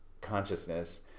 consciousness